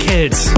Kids